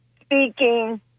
speaking